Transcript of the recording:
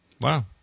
Wow